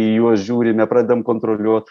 į juos žiūrime pradam kontroliuoti